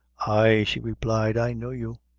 ay, she replied, i know you.